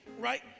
right